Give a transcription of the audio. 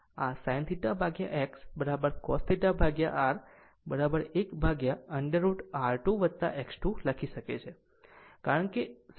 આમ tan θ XR આ sin θX cos θR 1√ over R2 X2 લખી શકે છે